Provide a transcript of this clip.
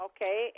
Okay